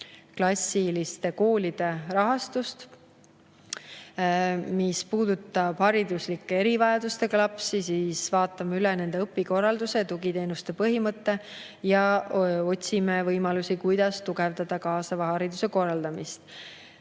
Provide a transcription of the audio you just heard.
kuueklassiliste koolide rahastust. Mis puudutab hariduslike erivajadustega lapsi, siis vaatame üle nende õpikorralduse, tugiteenuste põhimõtted ja otsime võimalusi, kuidas tugevdada kaasava hariduse korraldamist.